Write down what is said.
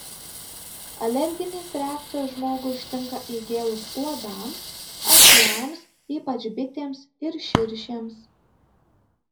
alerginės reakcijos žmogų ištinka įgėlus uodams akliams ypač bitėms ir širšėms